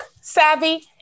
savvy